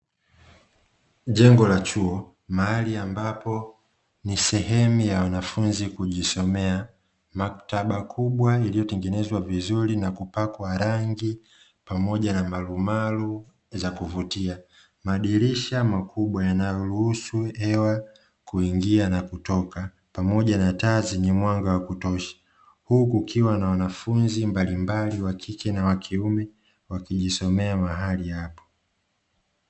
Jengo la chuo, mahali ambapo ni sehemu ya wanafunzi kujisomea, maktaba kubwa iliyotengenezwa vizuri na kupakwa rangi pamoja na marumalu za kuvutia, madilisha makubwa yanayoluhusu hewa kuingia na kutoka pamoja na taa zenye mwanga wa kutosha, huku kukiwa na wanafunzi mbalimbali wakike na wa kiume wakiwa wanajisomea mahali hapo.